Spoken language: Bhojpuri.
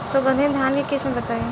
सुगंधित धान के किस्म बताई?